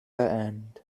end